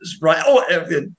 right